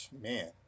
man